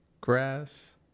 grass